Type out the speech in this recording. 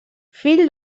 fill